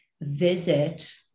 visit